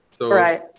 Right